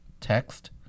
text